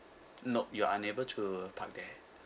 nope you're unable to park there